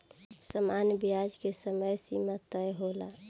सामान्य ब्याज के समय सीमा तय होला